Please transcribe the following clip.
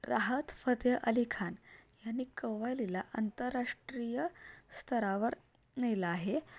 राहत फतेह अली खान यांनी कव्वालीला आंतरराष्ट्रीय स्तरावर नेलं आहे